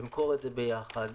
למכור את זה ביחד,